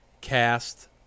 cast